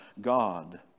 God